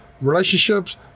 relationships